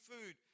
food